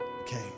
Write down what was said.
Okay